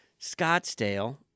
Scottsdale